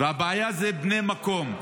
והבעיה זה בני המקום.